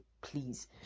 Please